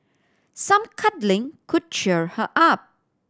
some cuddling could cheer her up